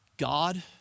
God